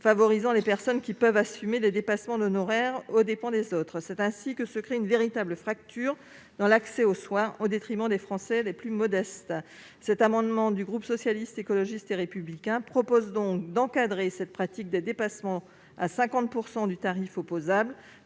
favorisant les personnes qui peuvent assumer les dépassements d'honoraires aux dépens des autres. C'est ainsi que se crée une véritable fracture dans l'accès aux soins, au détriment des Français les plus modestes. Cet amendement du groupe Socialiste, Écologiste et Républicain vise donc à encadrer cette pratique des dépassements à 50 % du tarif opposable,